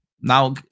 now